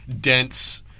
dense